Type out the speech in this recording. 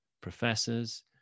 professors